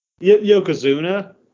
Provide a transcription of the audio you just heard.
Yokozuna